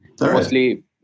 mostly